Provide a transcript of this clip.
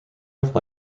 have